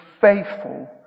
faithful